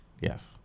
Yes